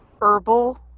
herbal